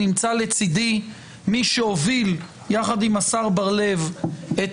נמצא לצדי מי שהוביל יחד עם השר בר-לב את